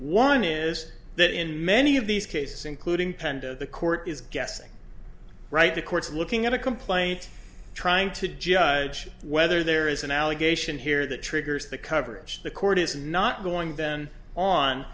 one is that in many of these cases including penda the court is guessing right the court's looking at a complaint trying to judge whether there is an allegation here that triggers the coverage the court is not going then on